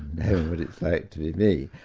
know what it's like to be me.